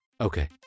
Okay